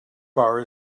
bar